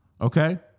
okay